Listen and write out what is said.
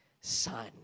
son